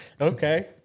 okay